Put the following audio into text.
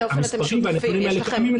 המספרים והנתונים האלה קיימים אצלנו.